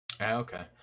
Okay